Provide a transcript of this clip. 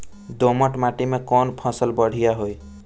दोमट माटी में कौन फसल बढ़ीया होई?